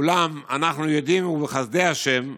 אולם אנחנו יודעים, בחסדי השם,